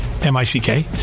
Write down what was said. M-I-C-K